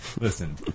Listen